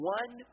one